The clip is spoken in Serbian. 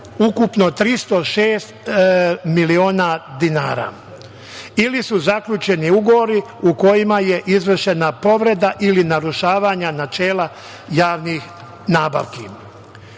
ukupno 306 miliona dinara ili su zaključeni ugovori u kojima je izvršena povreda ili narušavanja načela javnih